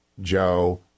Joe